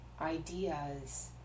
ideas